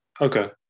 Okay